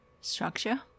structure